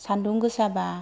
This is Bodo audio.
सानदुं गोसाबा